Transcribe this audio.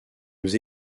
nous